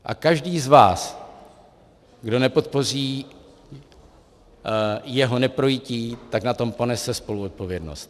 A každý z vás, kdo nepodpoří jeho neprojití, na tom ponese spoluodpovědnost.